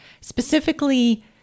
specifically